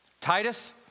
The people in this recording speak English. Titus